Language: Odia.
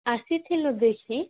ଆସି ଥିଲୁ ଦେଖି